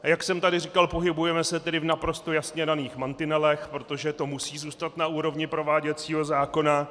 Jak jsem tady říkal, pohybujeme se tedy v naprosto jasně daných mantinelech, protože to musí zůstat na úrovni prováděcího zákona.